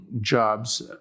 jobs